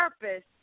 purpose